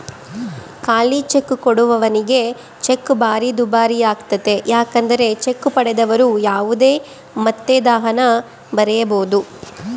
ಖಾಲಿಚೆಕ್ ಕೊಡುವವನಿಗೆ ಚೆಕ್ ಭಾರಿ ದುಬಾರಿಯಾಗ್ತತೆ ಏಕೆಂದರೆ ಚೆಕ್ ಪಡೆದವರು ಯಾವುದೇ ಮೊತ್ತದಹಣ ಬರೆಯಬೊದು